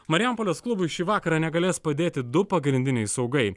marijampolės klubui šį vakarą negalės padėti du pagrindiniai saugai